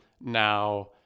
Now